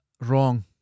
Wrong